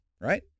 right